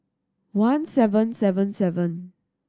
one seven seven seven